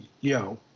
yo